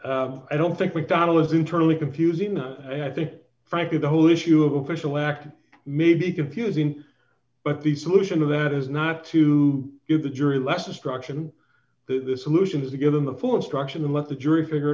argument i don't think we donna was internally confusing and i think frankly the whole issue of official act may be confusing but the solution to that is not to give the jury less instruction this solution is to give them the full instruction and let the jury figure